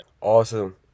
Awesome